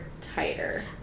tighter